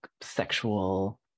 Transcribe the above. sexual